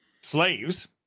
slaves